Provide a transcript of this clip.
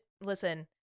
listen